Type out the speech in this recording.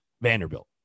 Vanderbilt